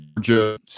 Georgia